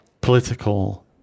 political